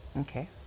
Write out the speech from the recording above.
Okay